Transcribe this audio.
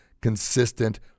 consistent